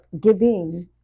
giving